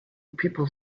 people